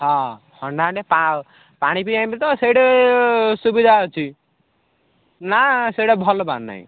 ହଁ ହଣ୍ଡା ହଣ୍ଡି ପା ପାଣି ପିଇବା ପାଇଁ ତ ସେଇଠି ଭଲ ସୁବିଧା ଅଛି ନା ସେଇଟା ଭଲ ପାଣି ନାହିଁ